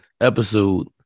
episode